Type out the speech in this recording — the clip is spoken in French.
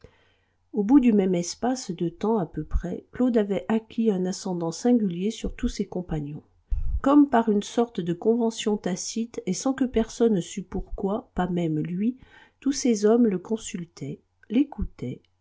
au bout du même espace de temps à peu près claude avait acquis un ascendant singulier sur tous ses compagnons comme par une sorte de convention tacite et sans que personne sût pourquoi pas même lui tous ces hommes le consultaient l'écoutaient